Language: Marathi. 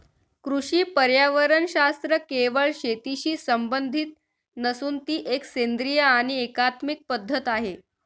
कृषी पर्यावरणशास्त्र केवळ शेतीशी संबंधित नसून ती एक सेंद्रिय आणि एकात्मिक पद्धत आहे